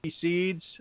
Seeds